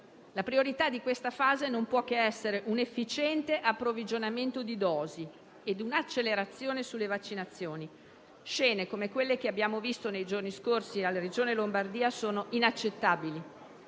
la priorità di questa fase non può che essere un efficiente approvvigionamento di dosi e un'accelerazione sulle vaccinazioni. Scene come quelle che abbiamo visto nei giorni scorsi in Regione Lombardia sono inaccettabili.